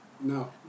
No